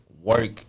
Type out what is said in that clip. work